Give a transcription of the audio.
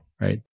right